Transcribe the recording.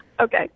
Okay